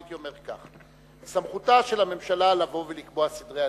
הייתי אומר כך: סמכותה של הממשלה לבוא ולקבוע סדרי עדיפויות.